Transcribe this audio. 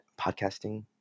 podcasting